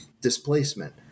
displacement